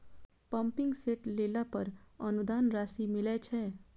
Pumping set लेला पर अनुदान राशि मिलय छैय?